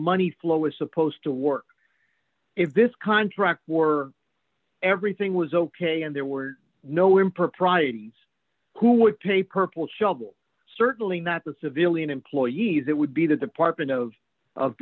money flow is supposed to work if this contract were everything was ok and there were no improprieties who would pay purple shub certainly not the civilian employee it would be the department of